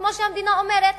כמו שהמדינה אומרת,